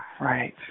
right